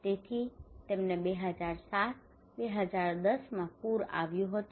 તેથી તેમને 2007 2010માં પૂર આવ્યું હતું